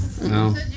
No